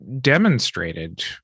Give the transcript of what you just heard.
demonstrated